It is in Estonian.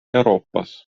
euroopas